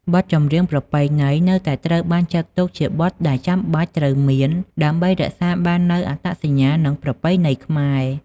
បទចម្រៀងប្រពៃណីនៅតែត្រូវបានចាត់ទុកជាបទដែលចាំបាច់ត្រូវមាន ដើម្បីរក្សាបាននូវអត្តសញ្ញាណ និងប្រពៃណីខ្មែរ។